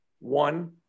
One